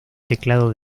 teclado